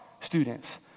students